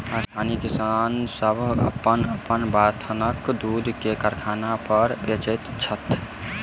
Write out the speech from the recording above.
स्थानीय किसान सभ अपन अपन बथानक दूध के कारखाना पर बेचैत छथि